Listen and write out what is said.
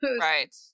Right